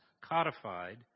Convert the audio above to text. codified